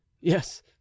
yes